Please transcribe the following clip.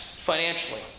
financially